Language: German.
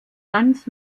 ganz